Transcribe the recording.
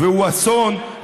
והוא אסון,